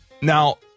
Now